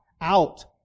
out